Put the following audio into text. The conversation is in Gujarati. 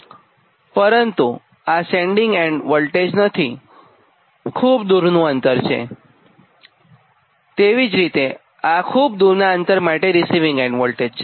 પરંતુ આ સેન્ડીંગ એન્ડ વોલ્ટેજ નથીખુબ દૂરનું અંતર છે તેવી રીતે આ ખૂબ દૂરનાં અંતર માટે રીસિવીંગ એન્ડ વોલ્ટેજ છે